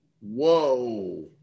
Whoa